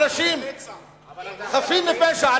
להוריד חיילים מהאוויר ומהים על אנשים חפים מפשע,